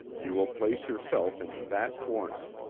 you will place yourself in that corner.